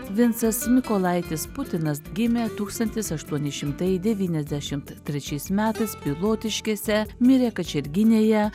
vincas mykolaitis putinas gimė tūkstantis aštuoni šimtai devyniasdešimt trečiais metais pilotiškėse mirė kačerginėje